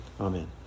Amen